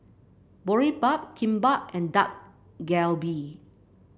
Boribap Kimbap and Dak Galbi